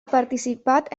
participat